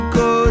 go